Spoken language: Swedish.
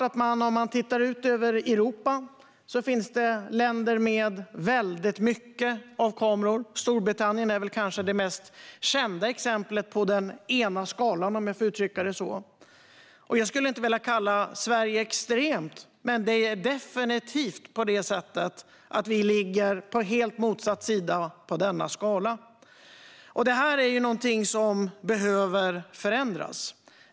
Om man tittar ut över Europa ser man att det finns länder med väldigt mycket av kameror. Storbritannien är kanske det mest kända exemplet i ena änden av skalan. Jag skulle inte vilja kalla Sverige extremt, men vi ligger definitivt i helt motsatt ände av denna skala. Det här är någonting som behöver förändras.